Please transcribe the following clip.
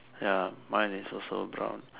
ya mine is also brown